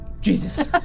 Jesus